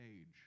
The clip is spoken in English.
age